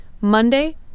Monday